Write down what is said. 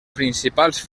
principals